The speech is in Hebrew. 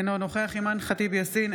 אינו נוכח אימאן ח'טיב יאסין,